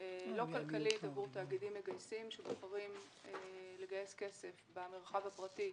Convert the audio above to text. לא כלכלית עבור תאגידים מגייסים שבוחרים לגייס כסף במרחב הפרטי,